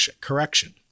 correction